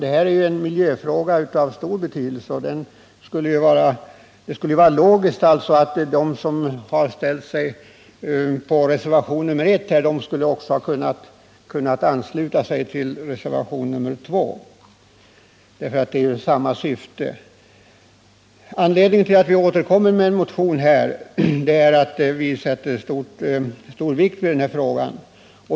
Det rör sig ju om en miljöfråga av stor betydelse, varför det vore logiskt om socaldemokraterna som står bakom reservationen 1 också ansluter sig till reservationen 2. Syftet är ju detsamma. Anledningen till att vi återkommer med en motion är att vi lägger stor vikt vid denna fråga.